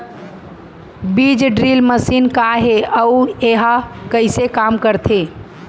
बीज drill machine का हे अऊ एहा कइसे काम करथे?